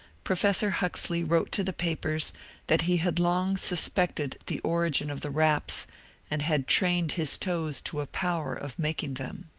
professor huxley wrote to the papers that he had long suspected the origin of the raps and had trained his toes to a power of making them.